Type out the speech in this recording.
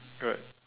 alright